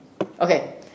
Okay